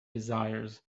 desires